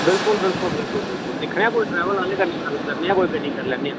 बिलकुल बिलकुल बिलकुल बिलकुल दिक्खने आं कोई ट्रेवल आह्ले कन्नै गल्ल करने आं कोई गड्डी करी लैन्ने आं